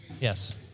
Yes